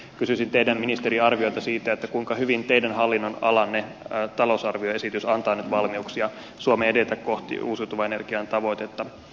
kysyisin teidän ministeri arviotanne siitä kuinka hyvin teidän hallinnonalanne talousarvioesitys antaa nyt valmiuksia suomen edetä kohti uusiutuvan energian tavoitetta